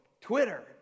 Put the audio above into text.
Twitter